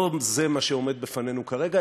לא זה מה שעומד בפנינו כרגע.